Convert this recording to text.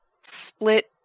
split